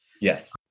Yes